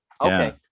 Okay